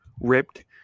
ripped